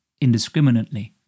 indiscriminately